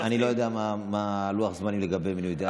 אני לא יודע מה לוח הזמנים לגבי מינוי דיינים.